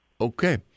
Okay